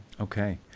Okay